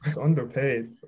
Underpaid